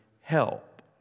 help